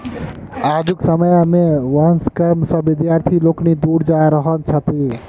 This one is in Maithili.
आजुक समय मे वंश कर्म सॅ विद्यार्थी लोकनि दूर जा रहल छथि